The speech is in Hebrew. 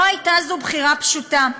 לא הייתה זו בחירה פשוטה.